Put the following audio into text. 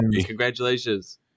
Congratulations